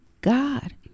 God